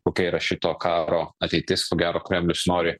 kokia yra šito karo ateitis ko gero kremlius nori